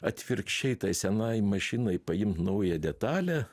atvirkščiai tai senai mašinai paimt naują detalę